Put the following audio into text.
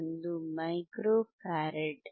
1 micro farad